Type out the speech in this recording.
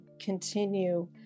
continue